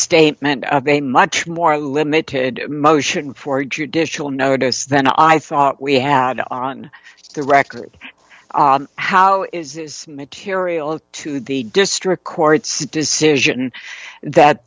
restatement of a much more limited motion for judicial notice than i thought we had on the record how is this material to the district court's decision that